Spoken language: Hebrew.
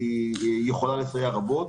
היא יכולה לסייע רבות,